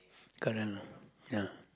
correct lah ya